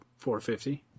450